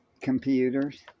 computers